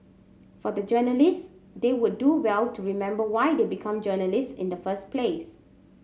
for the journalists they would do well to remember why they become journalists in the first place